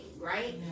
right